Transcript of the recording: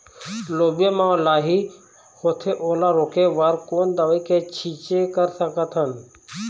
लोबिया मा लाही होथे ओला रोके बर कोन दवई के छीचें कर सकथन?